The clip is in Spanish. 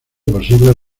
posibles